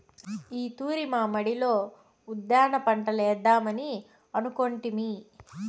ఈ తూరి మా మడిలో ఉద్దాన పంటలేద్దామని అనుకొంటిమి